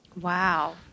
Wow